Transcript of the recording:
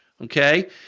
okay